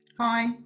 Hi